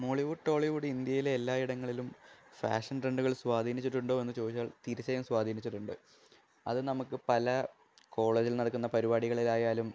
Mollywood Tollywood ഇന്ത്യയിലെ എല്ലാ ഇടങ്ങളിലും ഫാഷൻ ട്രെൻഡുകൾ സ്വദീനിച്ചിട്ടുണ്ടോ എന്നുചോദിച്ചാൽ തീർച്ചയായും സ്വാധീനിച്ചിട്ടുണ്ട് അത് നമുക്ക് പല കോളേജിൽ നടക്കുന്ന പരുപാടികളിലായാലും